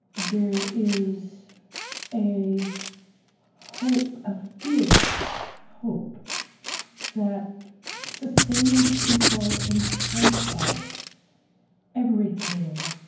there is a hope, a fierce hope that sustained people in spite of everything.